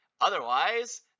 otherwise